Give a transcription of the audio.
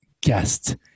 guest